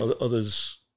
Others